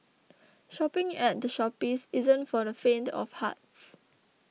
shopping at The Shoppes isn't for the faint of hearts